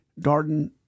Darden